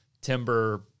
timber